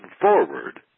forward